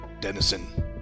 denison